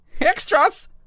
Extras